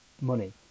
money